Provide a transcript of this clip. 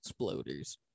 exploders